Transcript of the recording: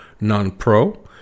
non-pro